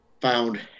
found